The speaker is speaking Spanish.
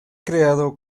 creado